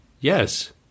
Yes